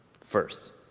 first